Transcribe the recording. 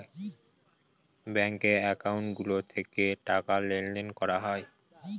ব্যাঙ্কে একাউন্ট গুলো থেকে টাকা লেনদেন করা হয়